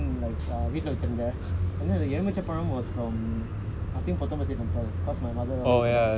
like um வீட்டுலே வச்சிருந்தேன்:veettulae vachirunthaen then எலுமிச்சபழம்:elumichapazham was from I think potong-pasir temple because my mother always go there right